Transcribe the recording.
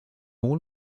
all